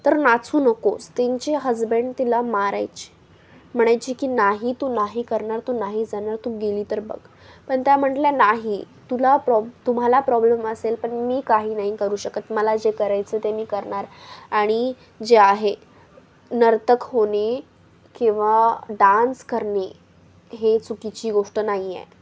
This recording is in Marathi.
तर नाचू नकोस त्यांचे हजबंड तिला मारायचं म्हणायचे की नाही तू नाही करणार तू नाही जाणार तू गेली तर बघ पण त्या म्हटल्या नाही तुला प्रॉब तुम्हाला प्रॉब्लम असेल पण मी काही नाही करू शकत मला जे करायचं ते मी करणार आणि जे आहे नर्तक होणे किंवा डान्स करणे हे चुकीची गोष्ट नाही आहे